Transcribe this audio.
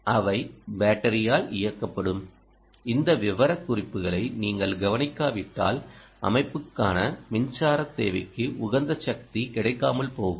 அவை பேட்டரியால் இயக்கப்படும் இந்த விவரக்குறிப்புகளை நீங்கள் கவனிக்காவிட்டால் அமைப்புக்கான மின்சார தேவைக்கு உகந்த சக்தி கிடைக்காமல் போகும்